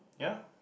ya